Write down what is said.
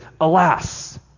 Alas